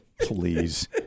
Please